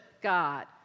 God